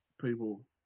people